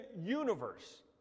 universe